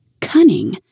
cunning